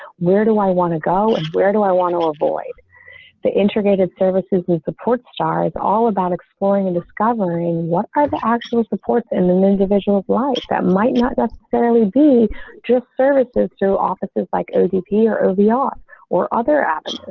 where do i want to go. where do i want to avoid the integrated services and support stars all about exploring and discovering what are the actual support in an individual's life that might not necessarily be just services through offices like odp or obiang or other apps.